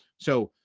so